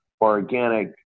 organic